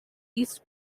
east